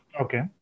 okay